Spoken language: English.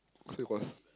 still cost